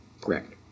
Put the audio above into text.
Correct